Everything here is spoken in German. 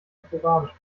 sporadisch